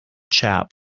chap